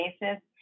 basis